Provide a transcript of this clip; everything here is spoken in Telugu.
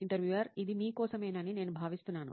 ఇంటర్వ్యూయర్ ఇది మీ కోసమేనని నేను భావిస్తున్నాను